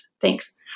Thanks